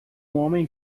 homem